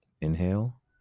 Inhale